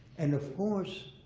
and of course,